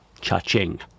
cha-ching